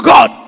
God